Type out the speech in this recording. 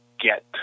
get